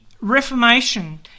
reformation